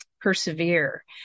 persevere